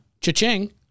cha-ching